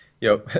Yo